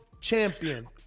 champion